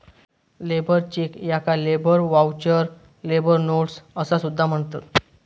labour cheque याका labour voucher, labour notes असा सुद्धा म्हणतत